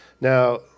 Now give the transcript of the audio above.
Now